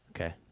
Okay